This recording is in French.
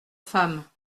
femme